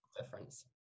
difference